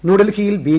ന്യൂഡൽഹിയിൽ ബി